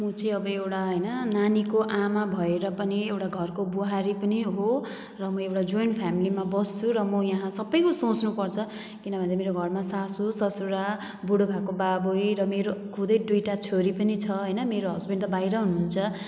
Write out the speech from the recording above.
म चाहिँ अब एउटा हैन नानीको आमा भएर पनि एउटा घरको बुहारी पनि हो र म एउटा ज्वाइन्ट फ्यामिलीमा बस्छु र म यहाँ सबैको सोच्नुपर्छ किनभने मेरो घरमा सासू ससुरा बुढो भएका बाबै र मेरो खुदै दुईटा छोरी पनि छ हैन मेरो हस्ब्यान्ड त बाहिर हुनुहुन्छ